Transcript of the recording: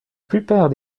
plupart